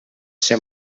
ser